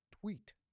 tweet